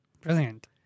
Brilliant